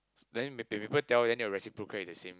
then maybe report tell your reciprocal at the same